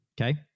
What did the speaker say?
Okay